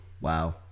Wow